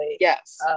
yes